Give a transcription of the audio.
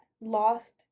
lost